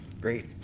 great